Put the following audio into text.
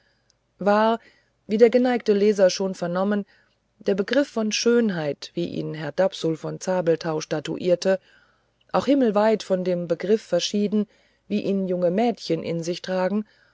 war wie der geneigte leser schon vernommen der begriff von schönheit wie ihn herr dapsul von zabelthau statuierte auch himmelweit von dem begriff verschieden wie ihn junge mädchen in sich tragen